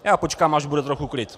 Já počkám, až bude trochu klid.